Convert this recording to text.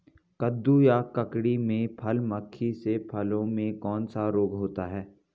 कद्दू या ककड़ी में फल मक्खी से फलों में कौन सा रोग होता है?